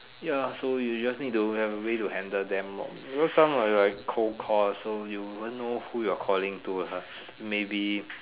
ya so you just need to have a way to handle them lor because some are like cold call so you won't know who you're calling to ah maybe